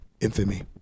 infamy